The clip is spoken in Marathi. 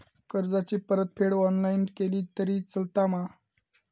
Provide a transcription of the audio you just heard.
कर्जाची परतफेड ऑनलाइन केली तरी चलता मा?